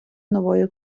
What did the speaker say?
нової